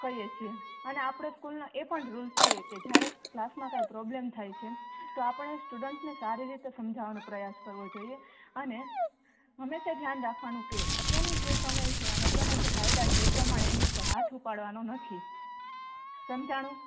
કહીએ છીએ અને આપણો સ્કૂલનો એ પણ રુલ્સ છે કે જયારે ક્લાસમાં કંઈ પ્રોબ્લેમ થાય છે તો આપણે સ્ટુડન્ટને સારી રીતે સમજાવવાનો પ્રયાસ કરવો જોઈએ અને હંમેશા ઘ્યાન રાખવાનું કે અત્યારનાં જે સમય છે અને અત્યારનાં જે કાયદા છે એ પ્રમાણે એની ઉપર હાથ ઉપાડવાનો નથી સમજાયું